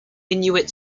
inuit